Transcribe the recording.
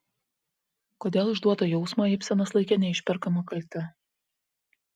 kodėl išduotą jausmą ibsenas laikė neišperkama kalte